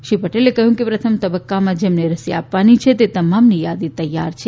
શ્રી પટેલે કહ્યું કે પ્રથમ તબક્કામાં જેમને રસી આપવાની છે તે તમામની યાદી તૈયાર છે